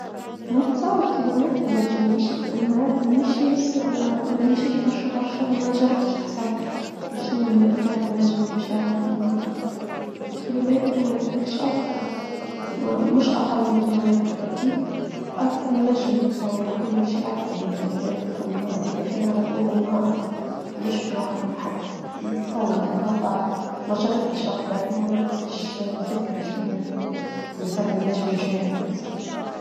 ما متصور كيلومتر النجم نمشي في النهار ما نمشيش برشا برشا ما جربتش حسب مشنية المسافة النجم نمشيها في النهار كيلومتر ولا بلكش أكثر مش أقل من الكيلومتر الأكيد أكثر النجم نصور روحين نمشي أكثر من كيلومتر في النهار إذا كان على طول النهار مش في وقت محدد متصور والله أعلم ما جربتش أقبل وما عنديش فكرة شنية المسافة النجم نمشيها في النهار.